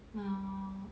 err